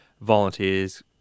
volunteers